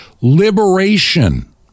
liberation